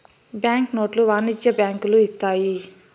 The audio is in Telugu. బ్యాంక్ నోట్లు వాణిజ్య బ్యాంకులు ఇత్తాయి